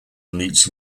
meets